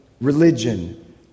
religion